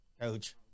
coach